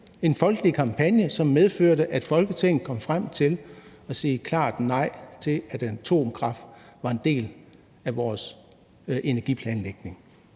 en folkelig kampagne, som medførte, at Folketinget kom frem til at sige klart nej til, at atomkraft var en del af vores energiplanlægning.